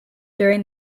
during